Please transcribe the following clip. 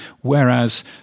whereas